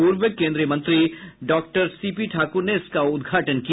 पूर्व केन्द्रीय मंत्री डॉक्टर सीपी ठाकुर ने इसका उद्घाटन किया